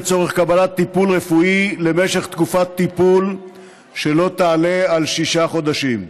לצורך קבלת טיפול רפואי למשך תקופת טיפול שלא תעלה על שישה חודשים.